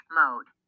mode